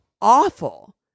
awful